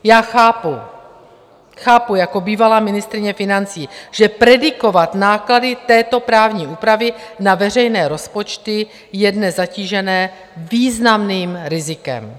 Já chápu, chápu jako bývalá ministryně financí, že predikovat náklady této právní úpravy na veřejné rozpočty je dnes zatíženo významným rizikem.